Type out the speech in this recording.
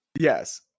Yes